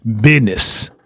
business